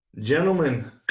Gentlemen